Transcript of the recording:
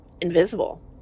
invisible